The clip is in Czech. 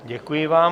Děkuji vám.